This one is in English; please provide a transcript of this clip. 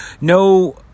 no